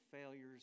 failures